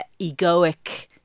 egoic